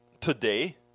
today